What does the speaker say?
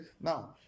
Now